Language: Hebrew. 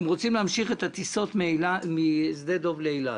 הם רוצים להמשיך את הטיסות משדה דב לאילת,